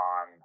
on